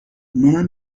منم